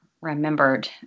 remembered